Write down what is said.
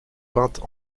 peintes